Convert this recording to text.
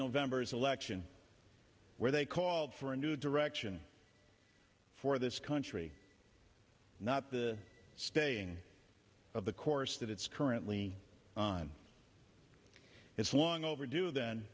november's election where they called for a new direction for this country not the staying of the course that it's currently on it's long overdue then